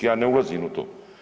Ja ne ulazim u to?